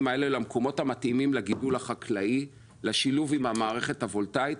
האלה למקומות המתאימים לגידול החקלאי; לשילוב עם המערכת הוולטאית,